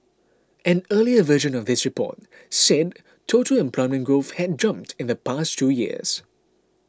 an earlier version of this report said total employment growth had jumped in the past two years